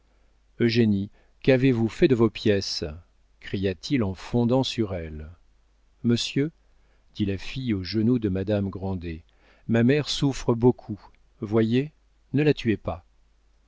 famille eugénie qu'avez-vous fait de vos pièces cria-t-il en fondant sur elle monsieur dit la fille aux genoux de madame grandet ma mère souffre beaucoup voyez ne la tuez pas